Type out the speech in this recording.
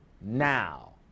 Now